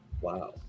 wow